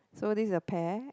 so this is a pair